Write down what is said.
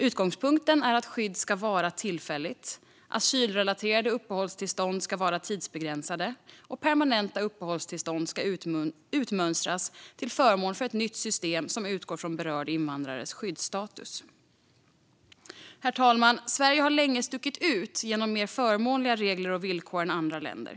Utgångspunkten är att skydd ska vara tillfälligt. Asylrelaterade uppehållstillstånd ska vara tidsbegränsade, och permanenta uppehållstillstånd ska utmönstras till förmån för ett nytt system som utgår från berörd invandrares skyddsstatus. Herr talman! Sverige har länge stuckit ut genom mer förmånliga regler och villkor än andra länder.